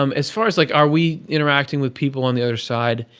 um as far as like, are we interacting with people on the other side,